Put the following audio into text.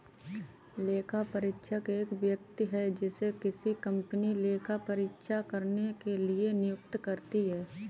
लेखापरीक्षक एक व्यक्ति है जिसे किसी कंपनी लेखा परीक्षा करने के लिए नियुक्त करती है